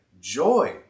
joy